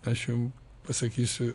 aš jum pasakysiu